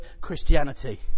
Christianity